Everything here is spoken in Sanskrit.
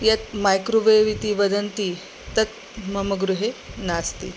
यत् मैक्रोवे् इति वदन्ति तत् मम गृहे नास्ति